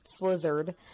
slizzard